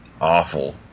awful